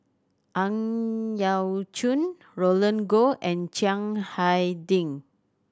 Ang Yau Choon Roland Goh and Chiang Hai Ding